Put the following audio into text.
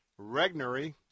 Regnery